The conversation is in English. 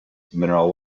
mineral